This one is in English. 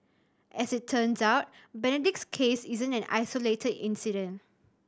as it turns out Benedict's case isn't an isolated incident